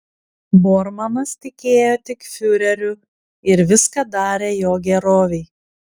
bormanas tikėjo tik fiureriu ir viską darė jo gerovei